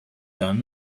done